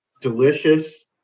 delicious